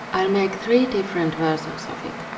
i'll make three different versions of it.